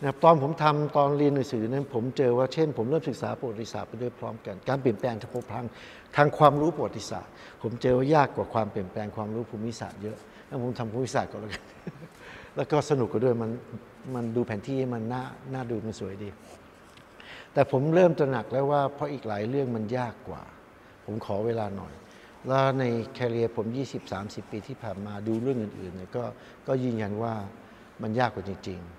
นะครับ ตอนผมทำ ตอนเรียนหนังสือนั้นผมเจอว่า เช่นผมเริ่มศึกษาประวัติศาสตร์ไปด้วยพร้อมกัน การเปลี่ยนแปลงทางพวกพัง ทางความรู้ประวัติศาสตร์ผมเจอว่ายากกว่าความเปลี่ยนแปลงความรู้ภูมิศาสตร์เยอะ แล้วผมทำภูมิศาสตร์ก่อนแล้วกัน แล้วก็สนุกกว่าด้วย มัน- มันดูแผนที่ มันน่า- น่าดู มันสวยดี แต่ผมเริ่มตระหนักแล้วว่าเพราะอีกหลายเรื่องมันยากกว่า ผมขอเวลาหน่อย แล้วใน career ผม 20-30 ปีที่ผ่านมาดูเรื่องอื่นๆ เนี่ย ก็- ก็ยืนยันว่ามันยากกว่าจริงๆ